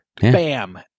Bam